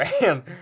man